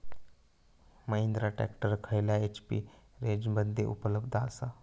Mahindra tractor खयल्या HP रेंजमध्ये उपलब्ध आसा?